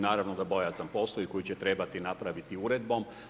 Naravno da bojazan postoji koju će trebati napraviti uredbom.